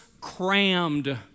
crammed